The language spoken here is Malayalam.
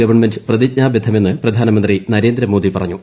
ഗവൺമെന്റ് പ്രതിജ്ഞാബദ്ധമെന്ന് പ്രധാനമന്ത്രി നരേന്ദ്രമോദി പറഞ്ഞു